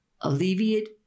alleviate